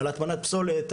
על הטמנת פסולת,